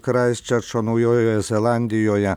kraisčerčo naujojoje zelandijoje